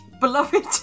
beloved